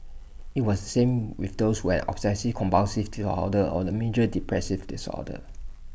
IT was the same with those who had obsessive compulsive order or A major depressive disorder